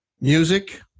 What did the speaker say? music